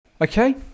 Okay